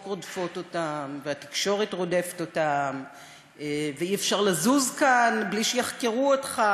רודפות אותם והתקשורת רודפת אותם ואי-אפשר לזוז כאן בלי שיחקרו אותך.